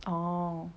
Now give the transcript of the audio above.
oh